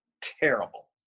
terrible